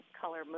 color